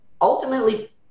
ultimately